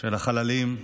של החללים.